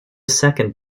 second